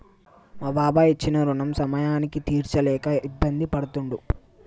మా బాబాయి ఇచ్చిన రుణం సమయానికి తీర్చలేక చాలా ఇబ్బంది పడుతుండు